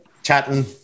chatting